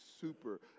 super